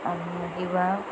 आणि किंवा